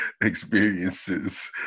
experiences